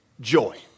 joy